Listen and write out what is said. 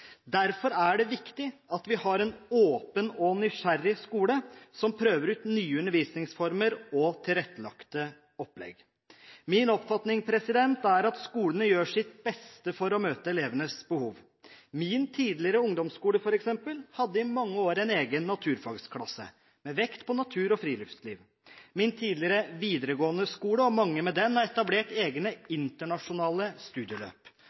Derfor er det viktig at vi har en åpen og nysgjerrig skole som prøver ut nye undervisningsformer og tilrettelagte opplegg. Min oppfatning er at skolene gjør sitt beste for å møte elevenes behov. Min tidligere ungdomsskole, f.eks., hadde i mange år en egen naturfagsklasse, med vekt på natur og friluftsliv. Min tidligere videregående skole, og mange med den, har etablert internasjonale studieløp.